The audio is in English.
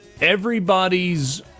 everybody's